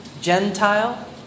Gentile